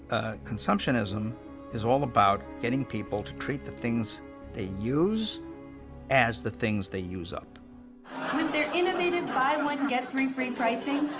consumptionism is all about getting people to treat the things they use as the things they use up. with their innovative buy one, get three free pricing,